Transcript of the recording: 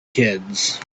kids